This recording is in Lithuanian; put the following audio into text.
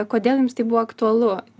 kodėl jums tai buvo aktualu